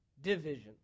division